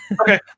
Okay